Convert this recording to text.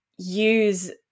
use